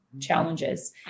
challenges